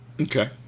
Okay